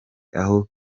aho